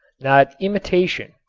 not imitation,